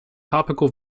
topical